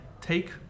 take